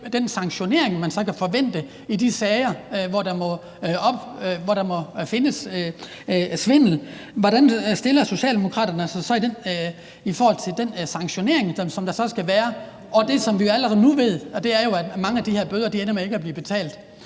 den sanktionering, som man så kan forvente i de sager, hvor der måtte findes svindel. Hvordan stiller Socialdemokraterne sig til den sanktionering, som der så skal være, og det, som vi jo allerede nu ved, altså at mange af de her bøder ender med ikke at blive betalt?